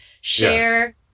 Share